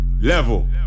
Level